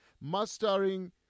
Mastering